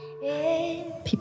People